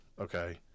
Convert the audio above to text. okay